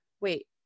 wait